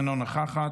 אינה נוכחת,